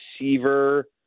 receiver